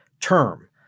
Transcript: term